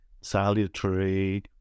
salutary